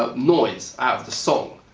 ah noise out of the song.